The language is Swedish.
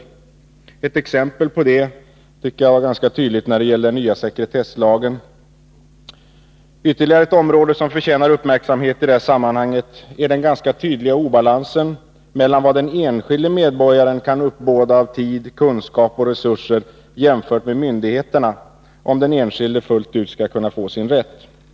Ett ganska tydligt exempel på det tycker jag att den nya sekretesslagen är. Ytterligare ett område som förtjänar uppmärksamhet i detta sammanhang är den ganska tydliga obalansen mellan vad den enskilde medborgaren kan uppbåda av tid, kunskap och resurser jämfört med myndigheterna, om den enskilde fullt ut skall kunna få sin rätt.